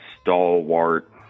stalwart